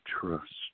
trust